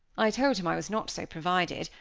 i told him i was not so provided,